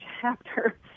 chapter